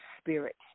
spirit